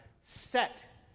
set